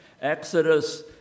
Exodus